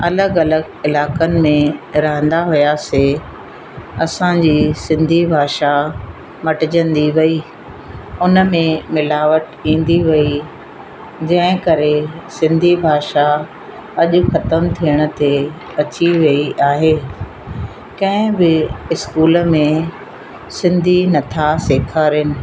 अलॻि अलॻि इलाइक़नि में रहंदा हुआसीं असांजी सिंधी भाषा मटजंदी रही उनमें मिलावट ईंदी वई जंहिं करे सिंधी भाषा अॼु खतमु थियण ते अची वई आहे कंहिं बि स्कूल में सिंधी न था सेखारनि